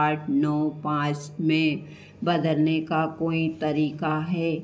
आठ नौ पाँच में बदलने का कोई तरीका है